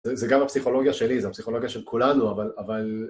זה גם הפסיכולוגיה שלי, זו הפסיכולוגיה של כולנו, אבל...